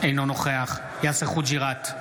אינו נוכח יאסר חוג'יראת,